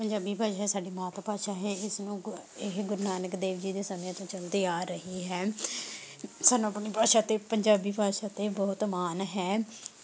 ਪੰਜਾਬੀ ਭਾਸ਼ਾ ਸਾਡੀ ਮਾਤ ਭਾਸ਼ਾ ਹੈ ਇਸਨੂੰ ਗੁ ਇਹ ਗੁਰੂ ਨਾਨਕ ਦੇਵ ਜੀ ਦੇ ਸਮੇਂ ਤੋਂ ਚਲਦੀ ਆ ਰਹੀ ਹੈ ਸਾਨੂੰ ਆਪਣੀ ਭਾਸ਼ਾ 'ਤੇ ਪੰਜਾਬੀ ਭਾਸ਼ਾ 'ਤੇ ਬਹੁਤ ਮਾਣ ਹੈ